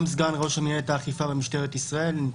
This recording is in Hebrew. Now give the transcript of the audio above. גם סגן ראש מינהלת האכיפה במשטרת ישראל,